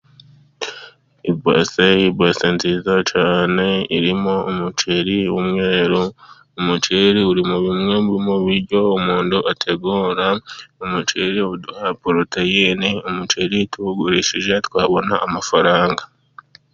Ibase, ibase nziza cyane irimo umuceri w'umweru, umuceri uri muri bimwe mu biryo umuntu ategura, umuceri uduha porotoyine, umuceri tuwugurishije twabona amafaranga.